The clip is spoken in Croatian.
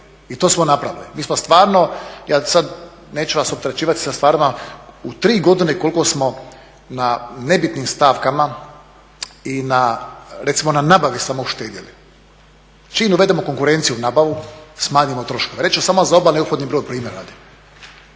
I to smo napravili. Mi smo stvarno, ja sad neću vas opterećivati sa stvarima u tri godine koliko smo na nebitnim stavkama i recimo na nabavi samo uštedjeli. Čim uvedemo konkurenciju u nabavu smanjimo troškove. Reći ću samo za obalni brod … primjer radi.